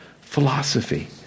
philosophy